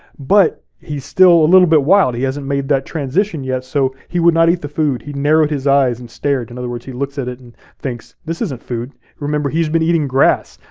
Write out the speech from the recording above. but he's still a little bit wild, he hasn't made that transition yet, so, he would not eat the food he narrowed his eyes and stared. in other words, he looks at it and thinks, this isn't food. remember, he's been eating grass.